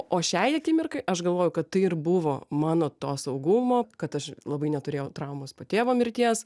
o šiai akimirkai aš galvoju kad tai ir buvo mano to saugumo kad aš labai neturėjau traumos po tėvo mirties